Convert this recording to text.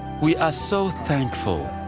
we are so thankful.